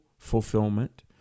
fulfillment